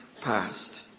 past